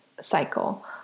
cycle